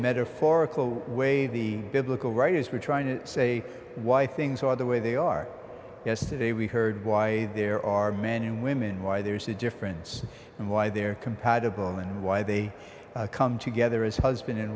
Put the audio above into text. metaphorical d way the biblical writers were trying to say why things are the way they are yesterday we heard why there are men and women why there's a difference and why they're compatible and why they come together as husband and